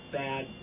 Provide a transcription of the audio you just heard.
bad